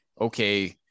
okay